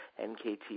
NKT